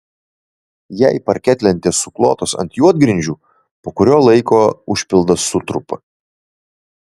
jei parketlentės suklotos ant juodgrindžių po kurio laiko užpildas sutrupa